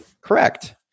Correct